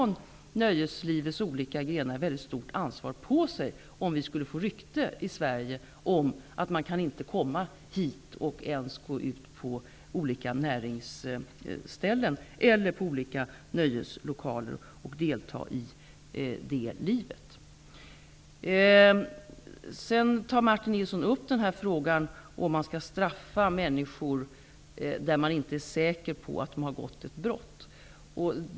Nöjeslivets olika grenar tar på sig ett stort ansvar om Sverige skulle få rykte om sig att det inte går att komma in på olika näringsställen eller att delta i livet på olika nöjeslokaler. Martin Nilsson tar upp frågan om människor skall straffas då man inte är säker på att de har begått ett brott.